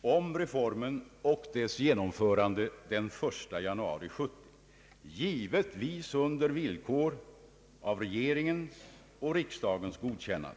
om reformen och dess genomförande den 1 januari 1970, givetvis under förutsättning av regeringens och riksdagens godkännande.